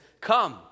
come